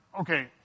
okay